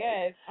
Yes